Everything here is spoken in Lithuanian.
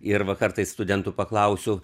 ir va kartais studentų paklausiu